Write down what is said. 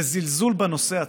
זה זלזול בנושא עצמו.